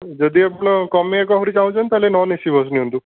ଯଦି ଆପଣ କମେଇବାକୁ ଆହୁରି ଚାହୁଁଛନ୍ତି ତା'ହେଲେ ନନ୍ ଏ ସି ବସ୍ ନିଅନ୍ତୁ